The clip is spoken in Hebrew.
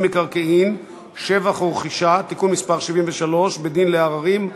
מקרקעין (שבח ורכישה) (תיקון מס' 73) (בית-דין לעררים),